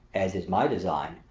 as is my design,